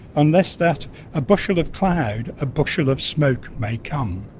unless that a bushel of cloud, a bushel of smoke may come!